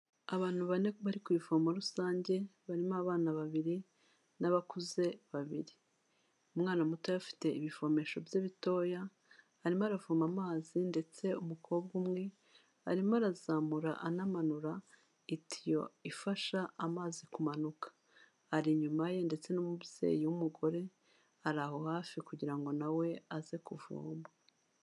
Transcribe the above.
Abantu bane bari ku ivomo rusange barimo abana babiri n'abakuze babiri, umwana muto afite ibivomesho bye bitoya arimo aravoma amazi ndetse umukobwa umwe arimo arazamura anamanura itiyo ifasha amazi kumanuka, ari inyuma ye ndetse n'umubyeyi w'umugore ari aho hafi kugira ngo nawe aze kuvoma.